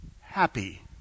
Happy